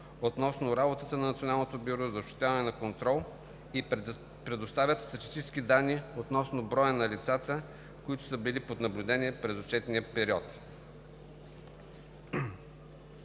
относно работата на Националното бюро за осъществяване на контрол и предоставя статистически данни относно броя на лицата, които са били под наблюдение през отчетния период.